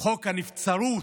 חוק הנבצרות.